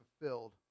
fulfilled